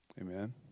Amen